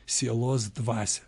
sielos dvasią